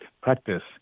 practice